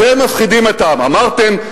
אתם מפחידים את העם, אמרתם: